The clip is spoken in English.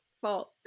fault